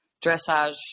dressage